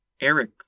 Eric